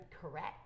correct